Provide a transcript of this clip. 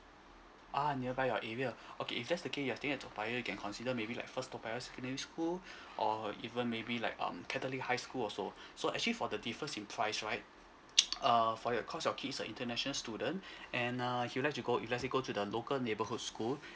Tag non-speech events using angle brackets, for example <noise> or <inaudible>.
ah nearby your area okay if that's the case you're staying at toa payoh can consider maybe like first toa payoh school or even maybe like um catholic high school also so actually for the difference in price right <noise> err for your cause your kid is an international student <breath> and err you'd like to go if let's say go to the local neighborhood school